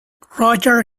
roger